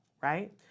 right